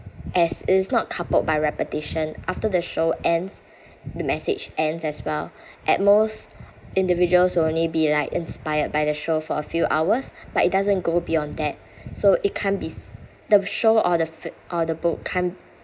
as it's not coupled by repetition after the show ends the message ends as well at most individuals will only be like inspired by the show for a few hours but it doesn't go beyond that so it can't be s~ the show or the fil~ or the book can't